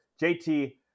JT